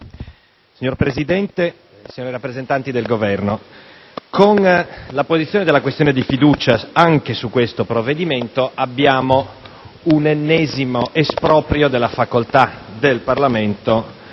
Signor Presidente, signori rappresentanti del Governo, con l'apposizione della questione di fiducia anche su questo provvedimento assistiamo ad un ennesimo esproprio della facoltà del Parlamento